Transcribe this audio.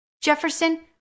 Jefferson